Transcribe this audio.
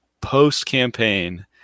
post-campaign